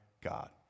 God